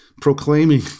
proclaiming